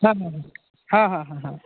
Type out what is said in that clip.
হ্যাঁ হ্যাঁ হ্যাঁ হ্যাঁ হ্যাঁ হ্যাঁ হ্যাঁ